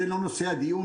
זה לא נושא הדיון,